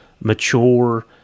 mature